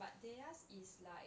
but theirs is like